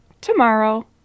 tomorrow